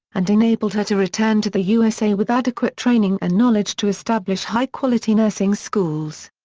and enabled her to return to the usa with adequate training and knowledge to establish high-quality nursing schools.